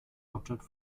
hauptstadt